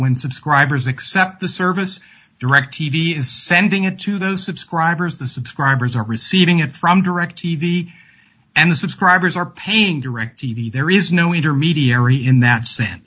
when subscribers accept the service directv is sending it to those subscribers the subscribers are receiving it from direct t v and the subscribers are paying direct t v there is no intermediary in that sense